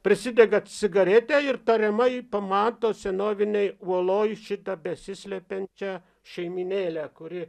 prisidega cigaretę ir tariamai pamato senovinėj uoloj šitą besislepiančią šeimynėlę kuri